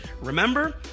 Remember